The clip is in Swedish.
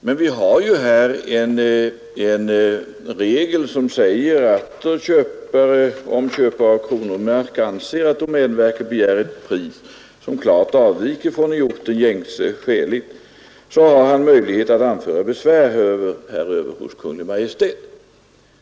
Men vi har ju här en regel som säger att om köpare av kronomark anser att domänverket begär ett pris som avviker från i orten gängse skäligt har han möjlighet att anföra besvär häröver hos Kungl. Maj:t.